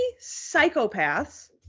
psychopaths